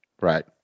Right